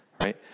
right